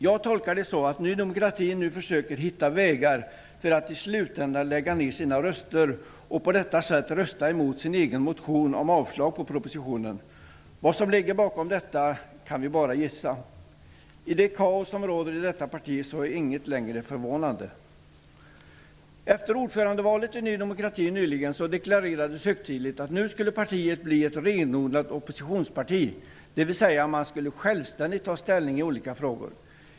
Jag tolkar det så, att Ny demokrati nu försöker hitta vägar för att i slutändan lägga ner sina röster och på det sättet rösta emot sin egen motion om avslag på propositionen. Vad som ligger bakom detta kan vi bara gissa. I det kaos som råder i detta parti är inget längre förvånande. Efter ordförandevalet i Ny demokrati nyligen deklarerades högtidligt att partiet nu skulle bli ett renodlat oppositionsparti, dvs att man självständigt skulle ta ställning i olika frågor.